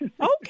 Okay